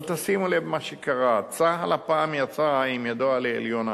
אבל תשימו לב למה שקרה: צה"ל הפעם יצא עם ידו על העליונה.